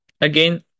again